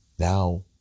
Now